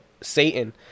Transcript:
satan